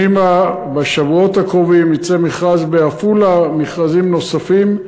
בשבועות הקרובים יצאו מכרז בעפולה ומכרזים נוספים,